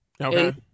Okay